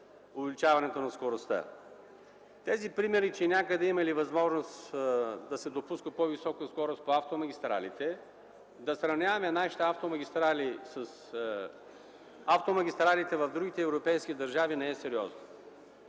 повече жертви. Тези примери, че някъде имало възможност да се допуска по-висока скорост по автомагистралите, да сравняваме нашите автомагистрали с тези в другите европейски държави не е сериозно.